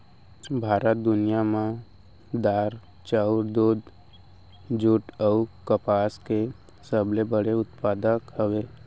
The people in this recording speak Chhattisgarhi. भारत दुनिया मा दार, चाउर, दूध, जुट अऊ कपास के सबसे बड़े उत्पादक हवे